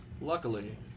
Luckily